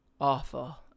awful